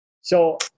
So-